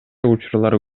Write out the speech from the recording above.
учурлар